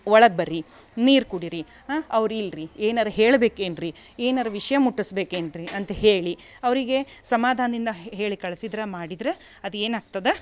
ಒಳಗೆ ಬರ್ರಿ ನೀರು ಕುಡಿಯಿರಿ ಅವ್ರು ಇಲ್ರಿ ಏನರ ಹೇಳ್ಬೇಕೇನ್ರಿ ಏನರ ವಿಷಯ ಮುಟ್ಟಿಸ್ಬೇಕೇನ್ರಿ ಅಂತ ಹೇಳಿ ಅವರಿಗೆ ಸಮಾಧಾನಿಂದ ಹೇಳಿ ಕಳ್ಸಿದ್ರ ಮಾಡಿದ್ರ ಅದು ಏನಾಗ್ತದೆ